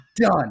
done